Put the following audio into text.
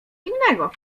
innego